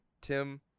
Tim